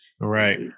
Right